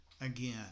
again